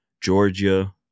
Georgia